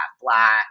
black